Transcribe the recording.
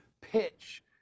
pitch